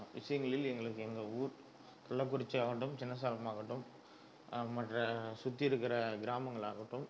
விஷயங்களில் எங்களுக்கு எங்கள் ஊர் கள்ளக்குறிச்சி மாவட்டம் சின்ன சேலம் மாவட்டம் மற்ற சுற்றி இருக்கிற கிராமங்களாகட்டும்